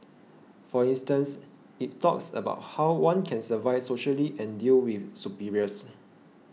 for instance it talks about how one can survive socially and deal with superiors